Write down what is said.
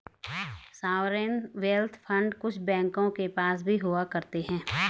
sovereign wealth fund कुछ बैंकों के पास भी हुआ करते हैं